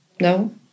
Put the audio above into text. no